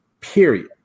period